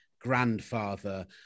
grandfather